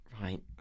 Right